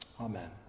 Amen